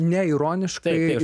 ne ironiškai